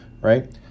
right